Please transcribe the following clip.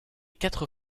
quatre